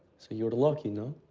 so you're lucky, no?